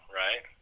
right